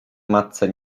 matce